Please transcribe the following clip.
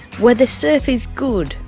where the surf is good,